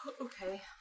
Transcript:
okay